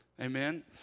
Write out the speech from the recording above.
Amen